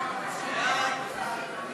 סעיפים